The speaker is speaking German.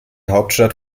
hauptstadt